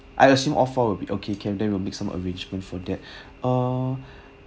I assume all four will be okay can then we'll make some arrangement for that ah